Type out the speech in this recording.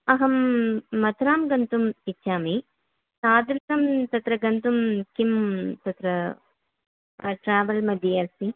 अहं मथुरां गन्तुम् इच्छामि तादृशं तत्र गन्तुं किं तत्र ट्रावेल् मध्ये अस्ति